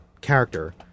character